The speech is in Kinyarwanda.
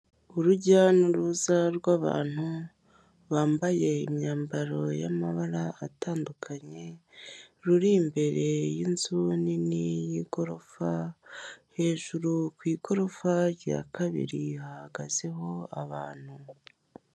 Urujya n'uruza rw'abantu bambaye imyambaro y'amabara atandukanye, ruri imbere y'inzu nini y'igorofa, hejuru ku igorofa rya kabiri hahagazeho abantu.